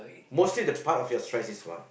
mostly the part of your stress is what